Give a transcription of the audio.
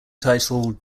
title